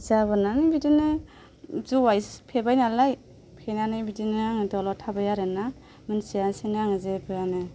जाबोनानै बिदिनो जौआ एसे फेबायनालाय फेनानै बिदिनो दलद थाबाय आरो ना मिन्थियासैनो आं जेबोआनो